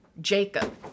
Jacob